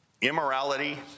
immorality